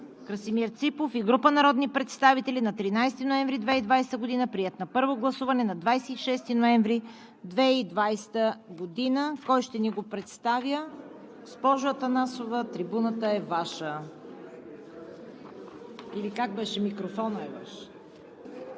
Красимир Ципов и група народни представители на 13 ноември 2020 г., приет на първо гласуване на 26 ноември 2020 г. Кой ще ни го представи? Госпожо Атанасова, трибуната е Ваша, или как беше – микрофонът е Ваш?